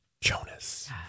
Jonas